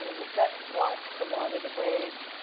yeah we just watched the water the waves,